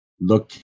look